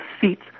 seats